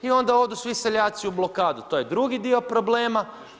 I onda odu svi seljaci u blokadu to je drugi dio problema.